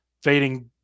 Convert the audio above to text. fading